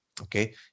Okay